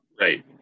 Right